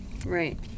Right